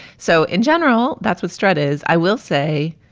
so in general, that's what strutters i will say.